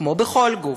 כמו בכל גוף.